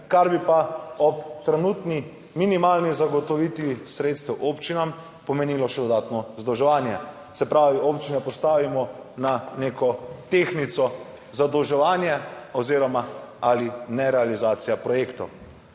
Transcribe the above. kar bi pa ob trenutni minimalni zagotovitvi sredstev občinam pomenilo še dodatno zadolževanje, se pravi, občinam postavimo na neko tehtnico zadolževanje oziroma ali nerealizacija projektov,